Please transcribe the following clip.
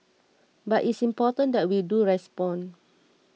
but it's important that we do respond